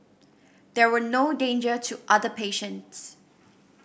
there were no danger to other patients